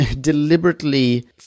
deliberately